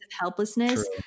helplessness